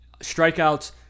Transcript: Strikeouts